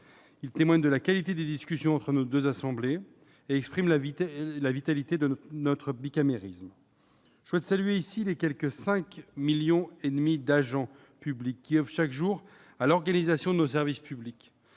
Il témoigne de la qualité des discussions entre nos deux assemblées et exprime la vitalité de notre bicamérisme. Je souhaite saluer les quelque 5,5 millions d'agents publics, qui oeuvrent chaque jour à l'organisation de nos services publics.